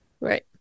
right